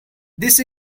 this